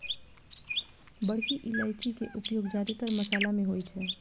बड़की इलायची के उपयोग जादेतर मशाला मे होइ छै